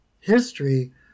history